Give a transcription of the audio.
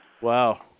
Wow